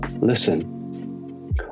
Listen